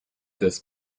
des